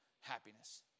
happiness